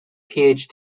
phd